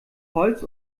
holz